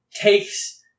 takes